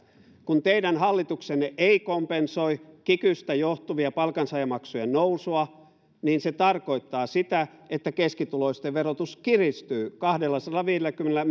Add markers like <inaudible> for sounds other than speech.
kun teidän hallituksenne ei kompensoi kikystä johtuvien palkansaajamaksujen nousua niin se tarkoittaa sitä että keskituloisten verotus kiristyy kahdellasadallaviidelläkymmenellä <unintelligible>